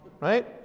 right